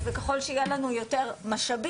נותן תמיכה בתחום השבץ,